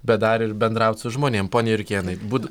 bet dar ir bendraut su žmonėm pone jurkėnai būt